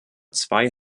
zwei